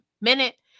minute